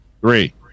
three